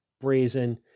brazen